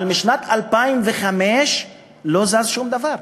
אבל משנת 2005 לא זז שום דבר.